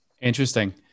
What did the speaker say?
Interesting